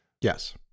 Yes